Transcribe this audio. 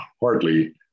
Hardly